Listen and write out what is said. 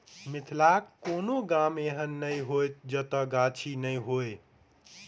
मिथिलाक कोनो गाम एहन नै होयत जतय गाछी नै हुए